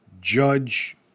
judge